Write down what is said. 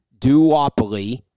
duopoly